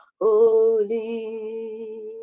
holy